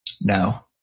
No